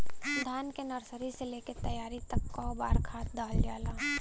धान के नर्सरी से लेके तैयारी तक कौ बार खाद दहल जाला?